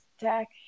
deck